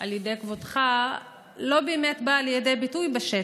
על ידי כבודך לא באמת באה לידי ביטוי בשטח.